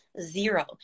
zero